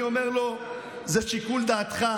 ואני אומר לו: זה שיקול דעתך.